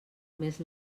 més